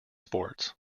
sports